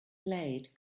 blade